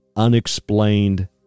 unexplained